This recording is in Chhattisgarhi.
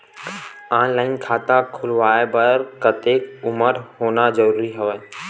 ऑनलाइन खाता खुलवाय बर कतेक उमर होना जरूरी हवय?